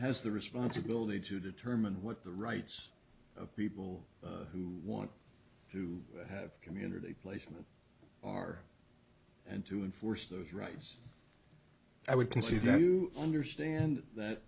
has the responsibility to determine what the rights of people who want to have community relations are and to enforce those rights i would concede now you understand that